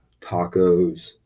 tacos